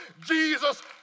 Jesus